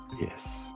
Yes